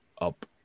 up